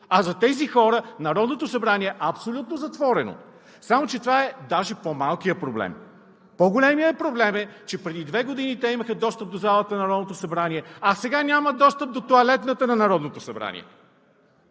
А за тези хора Народното събрание е абсолютно затворено, само че това е даже по-малкият проблем. По-големият проблем е, че преди две години те имаха достъп до залата на Народното събрание, а сега нямат достъп до тоалетната на Народното събрание.